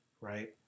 Right